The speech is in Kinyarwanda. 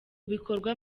bikorwa